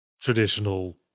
traditional